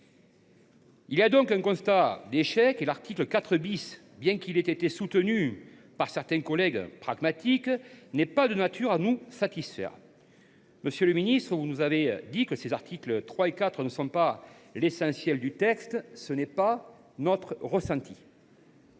donc faire un constat d’échec. L’article 4 , bien qu’il ait été soutenu par quelques collègues pragmatiques, n’est pas de nature à nous satisfaire. Monsieur le ministre, vous nous avez déclaré que les articles 3 et 4 n’étaient pas l’essentiel du texte. Ce n’est pas notre ressenti.